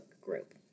group